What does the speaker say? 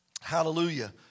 Hallelujah